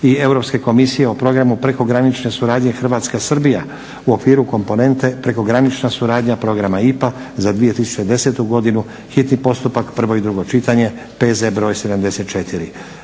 i Europske komisije o Programu prekogranične suradnje Hrvatska-Srbija u okviru komponente prekogranična suradnja Programa IPA za 2010. godinu, hitni postupak, prvo i drugo čitanje, P.Z. br. 74